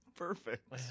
Perfect